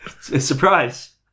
Surprise